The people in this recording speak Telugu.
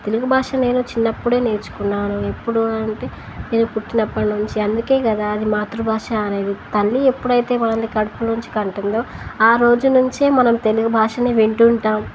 తెలుగు భాష నేను చిన్నప్పుడే నేర్చుకున్నాను ఎప్పుడూ అంటే నేను పుట్టినప్పటినుంచి అందుకే కదా అది మాతృభాష అనేది తల్లి ఎప్పుడైతే మనని కడుపు నుంచి కంటుందో ఆ రోజు నుంచే మనం తెలుగు భాషనే వింటు ఉంటాం